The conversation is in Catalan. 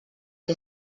què